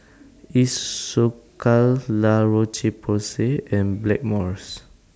Isocal La Roche Porsay and Blackmores